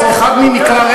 אז זה שופט יחליט.